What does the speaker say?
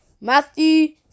Matthew